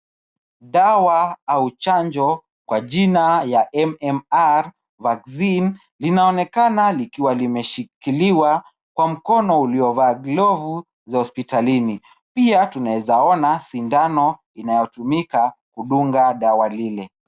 Dawa au chanjo kwa jina MMR Vaccine linanonekana likiwa limeshikiliwa kwa mkono uliovaa glovu za hospitalini. Pia tunaeza ona sindano inayotumika kudunga dawa lile.